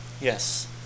Yes